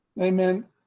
Amen